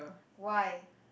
why